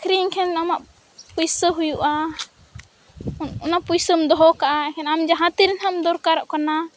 ᱟᱹᱠᱷᱨᱤᱧ ᱠᱷᱟᱱ ᱟᱢᱟᱜ ᱯᱩᱭᱥᱟᱹ ᱦᱩᱭᱩᱜᱼᱟ ᱚᱱᱟ ᱯᱩᱭᱥᱟᱹᱢ ᱫᱚᱦᱚᱠᱟᱜᱼᱟ ᱟᱢ ᱡᱟᱦᱟᱸᱛᱤᱱ ᱦᱟᱜᱼᱮᱢ ᱫᱚᱨᱠᱟᱨᱚᱜ ᱠᱟᱱᱟ